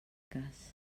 cas